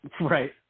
Right